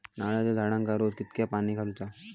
नारळाचा झाडांना रोज कितक्या पाणी घालुचा?